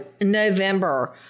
November